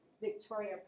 Victoria